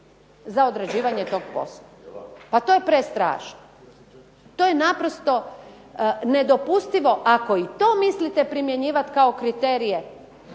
za odrađivanje tog posla. A to je prestrašno, to je naprosto nedopustivo. Ako i to mislite primjenjivati kao kriterije